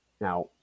Now